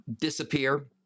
disappear